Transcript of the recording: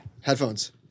Headphones